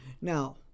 Now